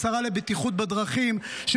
השרה לבטיחות בדרכים,